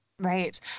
Right